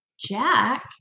Jack